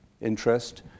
interest